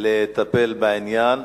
לטפל בעניין.